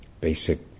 basic